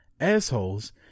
assholes